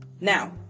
Now